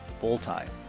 full-time